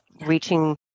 reaching